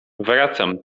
wracam